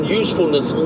usefulness